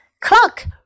Clock